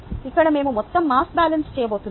ఇక్కడ మేము మొత్తం మాస్ బ్యాలెన్స్ చేయబోతున్నాం